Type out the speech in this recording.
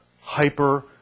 hyper